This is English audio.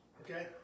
Okay